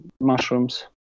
mushrooms